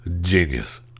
Genius